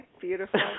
Beautiful